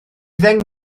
ddeng